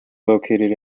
located